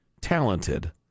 talented